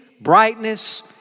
brightness